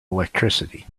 electricity